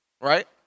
Right